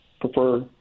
prefer